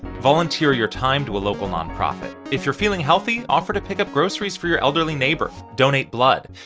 volunteer your time to a local nonprofit. if you're feeling healthy, offer to pick up groceries for your elderly neighbor. donate blood.